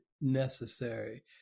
necessary